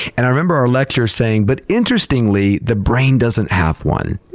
and i remember our lecturer saying, but interestingly, the brain doesn't have one.